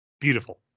beautiful